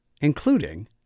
including